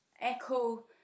echo